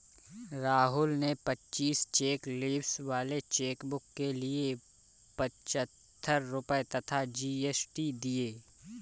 राहुल ने पच्चीस cheque leaves वाले चेकबुक के लिए पच्छत्तर रुपये तथा जी.एस.टी दिए